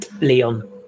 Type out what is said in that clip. Leon